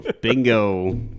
Bingo